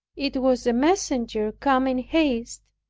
it was a messenger come in haste,